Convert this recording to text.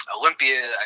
Olympia